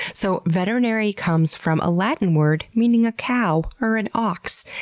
so veterinary comes from a latin word meaning a cow or an ox.